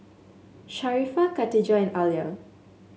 Sharifah Khatijah and Alya